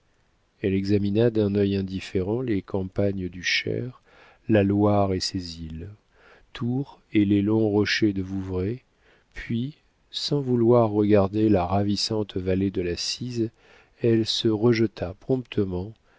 elle examina d'un œil indifférent les campagnes du cher la loire et ses îles tours et les longs rochers de vouvray puis sans vouloir regarder la ravissante vallée de la cise elle se rejeta promptement